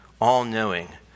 all-knowing